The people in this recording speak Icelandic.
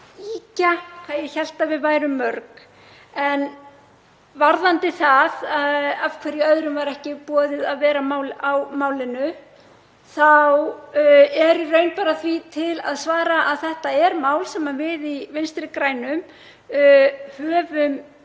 ýkja hvað ég hélt að við værum mörg. En varðandi það af hverju öðrum var ekki boðið að vera með á málinu þá er í raun bara því til að svara að þetta er mál sem við í Vinstri grænum höfum